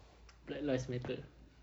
black lives matter